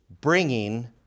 bringing